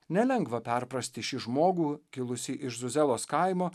nelengva perprasti šį žmogų kilusį iš zuzelos kaimo